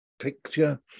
picture